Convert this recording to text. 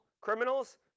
criminals